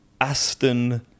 Aston